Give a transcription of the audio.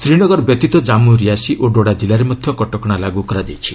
ଶ୍ରୀନଗର ବ୍ୟତୀତ ଜାମ୍ମୁ ରିଆସି ଓ ଡୋଡା ଜିଲ୍ଲାରେ ମଧ୍ୟ କଟକଣା ଲାଗୁ କରାଯାଇଛି